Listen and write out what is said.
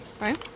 right